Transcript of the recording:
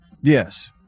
Yes